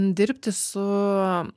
dirbti su